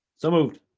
so moved.